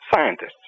scientists